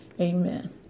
Amen